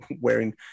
wearing